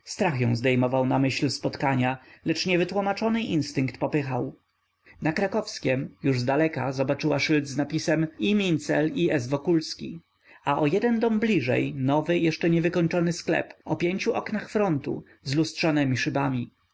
strach ją zdejmował na myśl spotkania lecz niewytłomaczony instynkt popychał na krakowskiem już zdaleka zobaczyła szyld z napisem i mincel i s wokulski a o jeden dom bliżej nowy jeszcze niewykończony sklep o pięciu oknach frontu